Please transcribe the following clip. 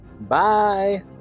bye